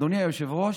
אדוני היושב-ראש,